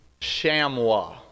Shamwa